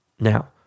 Now